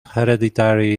hereditary